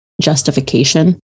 justification